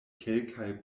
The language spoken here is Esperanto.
kelkaj